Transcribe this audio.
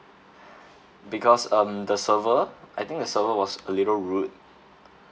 because um the server I think the server was a little rude